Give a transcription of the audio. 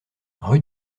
rue